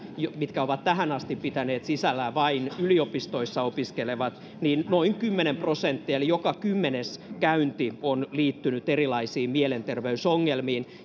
mitkä ovat tähän asti pitäneet sisällään vain yliopistoissa opiskelevat noin kymmenen prosenttia eli joka kymmenes käynti on liittynyt erilaisiin mielenterveysongelmiin